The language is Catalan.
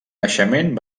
naixement